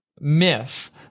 miss